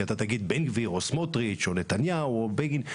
כי אתה תגיד בן גביר או סמוטריץ או נתניהו או בגין,